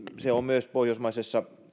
se on myös pohjoismaiden